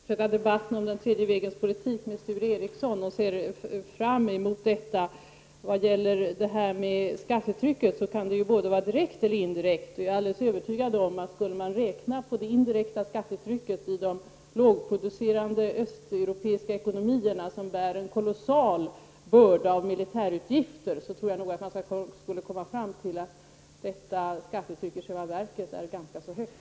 Herr talman! Jag utgår ifrån att jag får fortsätta debatten om den tredje vägens politik med Sture Ericson, och jag ser fram emot det. Vad gäller skattetrycket kan detta vara antingen direkt eller indirekt. Jag är alldeles övertygad om att om man skulle räkna på det indirekta skattetrycket i de lågproducerande östeuropeiska ekonomierna, som bär en kolossal börda av militärutgifter, tror jag att man skulle komma fram till att detta skattetryck i själva verket är ganska så högt.